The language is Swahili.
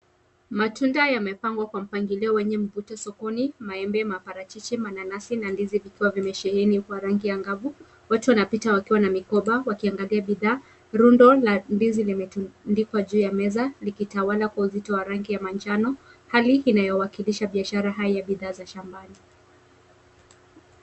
Matunda yamepangwa kwa mpangilio wenye mvuto sokoni; maembe, maparachichi, mananasi na ndizi vikiwa vimesheheni kwa rangi angavu. Watu wanapita na mikoba wakiangalia bidhaa. Rundo la ndizi limetundikwa juu ya meza likitawala kwa uzito wa rangi ya manjano hali inayowakilisha biashara hai ya bidhaa za shambani.